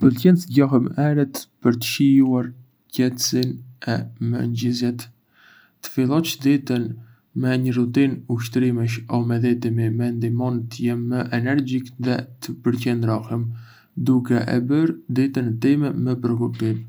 Më pëlqen të zgjohem herët për të shijuar qetësinë e mëngjesit. Të fillosh ditën me një rutinë ushtrimesh o meditimi më ndihmon të jem më energjik dhe të përqendrohem, duke e bërë ditën time më produktive.